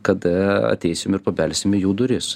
kad ateisim ir pabelsim į jų duris